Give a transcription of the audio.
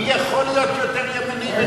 מי יכול להיות יותר נאמן מקדימה?